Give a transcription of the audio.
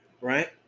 right